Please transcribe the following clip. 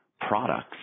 products